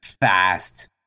fast